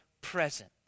present